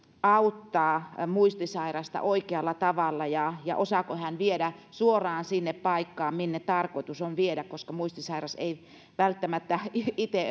auttaa muistisairasta oikealla tavalla ja ja osaako hän viedä suoraan sinne paikkaan minne tarkoitus on viedä koska muistisairas ei välttämättä itse